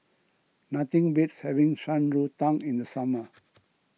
nothing beats having Shan Rui Tang in the summer